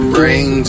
Bring